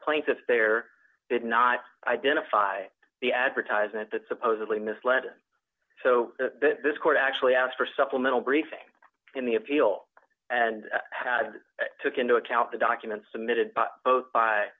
plaintiff there did not identify the advertisement that supposedly misled him so this court actually asked for supplemental briefing in the appeal and had took into account the documents submitted by